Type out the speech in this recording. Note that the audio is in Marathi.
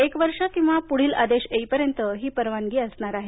एक वर्ष किंवा पुढील आदेश येईपर्यंत ही परवानगी देण्यात आली आहे